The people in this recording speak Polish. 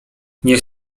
niech